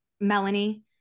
Melanie